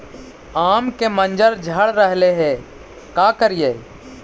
आम के मंजर झड़ रहले हे का करियै?